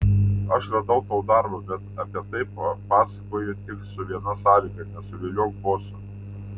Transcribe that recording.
aš radau tau darbą bet apie tai pasakoju tik su viena sąlyga nesuviliok boso